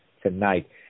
Tonight